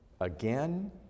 again